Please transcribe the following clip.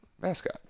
mascot